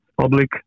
Public